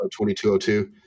2202